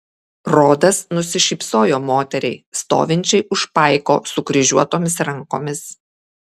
rodas nusišypsojo moteriai stovinčiai už paiko sukryžiuotomis rankomis